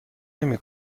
نمی